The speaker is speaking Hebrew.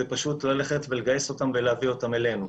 וזה פשוט לגייס אותם ולהביא אותם אלינו.